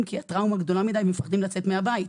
כי הטראומה גדולה מידי והם מפחדים לצאת מהבית.